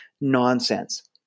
nonsense